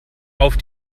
auf